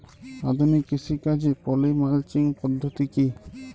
আধুনিক কৃষিকাজে poly mulching পদ্ধতি কি?